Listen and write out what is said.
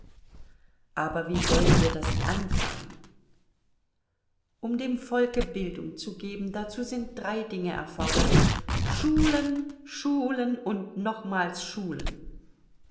aber wie sollen wir das anfangen um dem volke bildung zu geben dazu sind drei dinge erforderlich schulen schulen und nochmals schulen